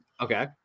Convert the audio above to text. Okay